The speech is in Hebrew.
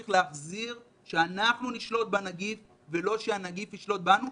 צריך שאנחנו נשלוט בנגיף ולא שהנגיף ישלוט בנו.